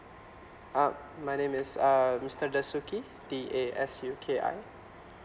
uh my name is uh mister dasuki D A S U K I